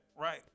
right